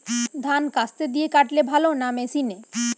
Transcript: ধান কাস্তে দিয়ে কাটলে ভালো না মেশিনে?